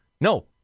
no